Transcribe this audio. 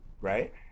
right